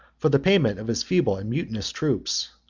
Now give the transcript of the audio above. for the payment of his feeble and mutinous troops,